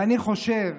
אני חושב